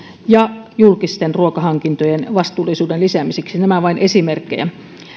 ja julkisten ruokahankintojen vastuullisuuden lisäämiseksi nämä ovat vain esimerkkejä